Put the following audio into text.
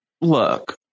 look